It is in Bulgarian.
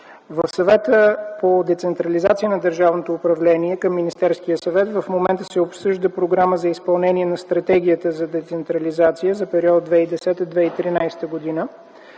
В Съвета по децентрализация на държавното управление към Министерския съвет в момента се обсъжда Програма за изпълнение на Стратегията за децентрализация за периода 2010-2013 г.,